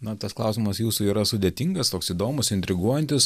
na tas klausimas jūsų yra sudėtingas toks įdomus intriguojantis